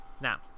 Now